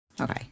Okay